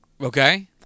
okay